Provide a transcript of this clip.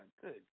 Good